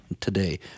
today